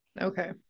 Okay